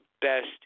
best